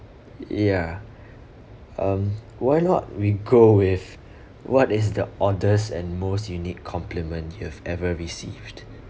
ya um why not we go with what is the oddest and most unique compliment you've ever received